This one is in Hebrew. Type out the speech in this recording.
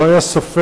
לא היה ספק